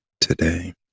today